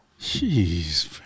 jeez